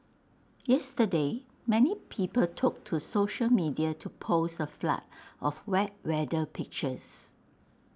yesterday many people took to social media to post A flood of wet weather pictures